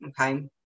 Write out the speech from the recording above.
okay